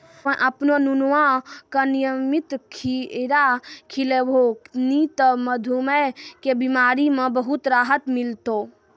तोहॅ आपनो नुनुआ का नियमित खीरा खिलैभो नी त मधुमेह के बिमारी म बहुत राहत मिलथौं